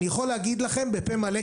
אני יכול להגיד לכם בפה מלא,